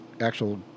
actual